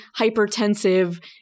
hypertensive